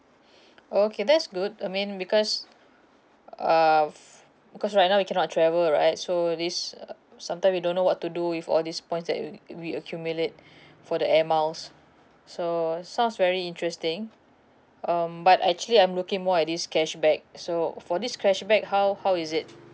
oh okay that's good I mean because uh f~ because right now we cannot travel right so this sometime we don't know what to do with all these points that we we accumulate for the air miles so sounds very interesting um but actually I'm looking more at this cashback so for this cashback how how is it